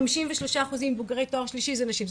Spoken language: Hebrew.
חמישים ושלושה אחוזים בוגרי תואר שלישי זה נשים,